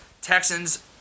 Texans